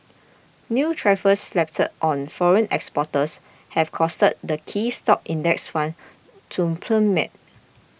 new tariffs slapped on foreign exporters have caused the key stock index funds to plummet